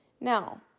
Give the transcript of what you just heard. Now